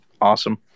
awesome